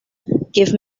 give